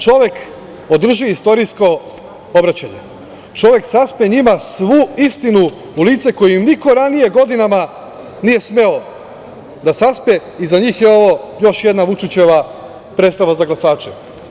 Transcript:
Čovek održi istorijsko obraćanje, čovek saspe njima svu istinu u lice, koju im niko ranije godinama nije smeo da saspe i za njih je ovo još jedna Vučićeva predstava za glasače.